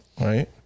Right